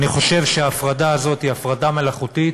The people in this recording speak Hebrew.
אני חושב שההפרדה הזאת היא הפרדה מלאכותית